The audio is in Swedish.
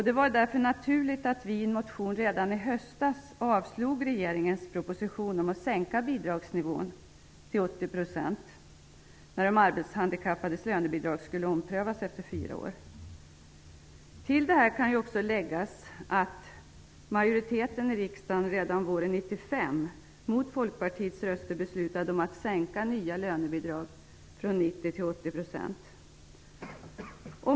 Det var därför naturligt att vi i en motion redan i höstas avstyrkte förslagen i regeringens proposition om att sänka bidragsnivån till 80 % då de arbetshandikappades lönebidrag skulle omprövas efter fyra år. Till detta kan också läggas att majoriteten i riksdagen redan våren 1995 mot Folkpartiets vilja beslutade om att sänka nya lönebidrag från 90 % till 80 %.